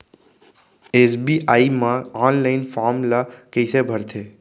SBI म online form ल कइसे भरथे?